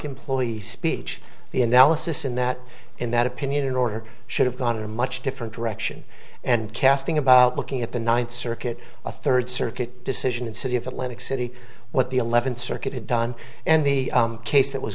employee speech the analysis in that in that opinion in order should have gone in a much different direction and casting about looking at the ninth circuit a third circuit decision in city of atlantic city what the eleventh circuit had done and the case that was